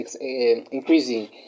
increasing